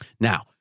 Now